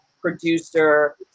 producer